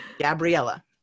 Gabriella